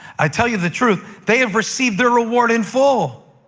i tell you the truth, they have received their reward in full.